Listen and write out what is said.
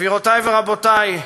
גבירותי ורבותי,